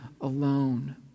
alone